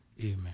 Amen